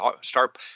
start